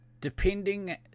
depending